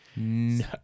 No